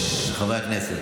בגלל,